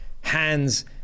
hands